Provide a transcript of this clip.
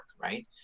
right